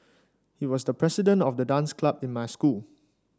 he was the president of the dance club in my school